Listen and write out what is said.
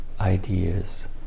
ideas